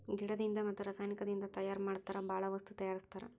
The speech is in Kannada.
ಗಿಡದಿಂದ ಮತ್ತ ರಸಾಯನಿಕದಿಂದ ತಯಾರ ಮಾಡತಾರ ಬಾಳ ವಸ್ತು ತಯಾರಸ್ತಾರ